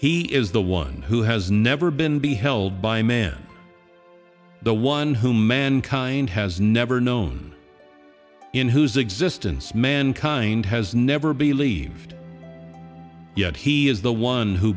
he is the one who has never been be held by man the one who mankind has never known in whose existence mankind has never believed yet he is the one who